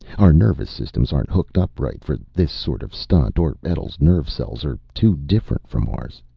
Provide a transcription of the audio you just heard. our nervous systems aren't hooked up right for this sort of stunt, or etl's nerve cells are too different from ours.